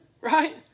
Right